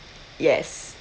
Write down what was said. yes